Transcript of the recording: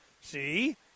See